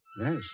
Yes